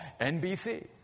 NBC